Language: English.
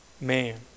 man